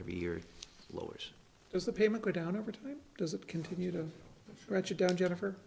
year lowers the payment down over time does it continue to ratchet down jennifer